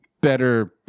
better